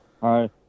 Hi